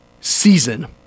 season